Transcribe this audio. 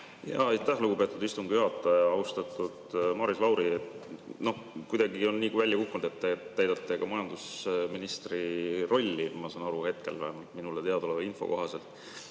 Aitäh, lugupeetud istungi juhataja! Austatud Maris Lauri! Kuidagi on nii välja kukkunud, et te täidate ka majandusministri rolli, ma saan aru, hetkel vähemalt, minule teadaoleva info kohaselt.